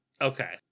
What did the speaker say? Okay